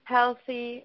Healthy